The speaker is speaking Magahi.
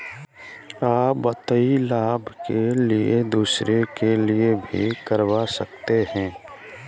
आ वित्तीय लाभ के लिए दूसरे के लिए भी करवा सकते हैं?